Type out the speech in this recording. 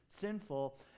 sinful